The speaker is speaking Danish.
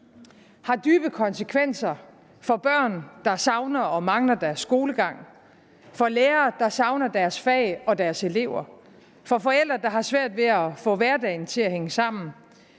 har dybe konsekvenser for børn, der savner og mangler deres skolegang, for lærere, der savner deres fag og deres elever, for forældre, der har svært ved at få hverdagen til at hænge sammen.